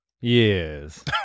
Yes